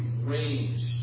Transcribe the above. range